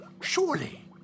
Surely